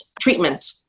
treatment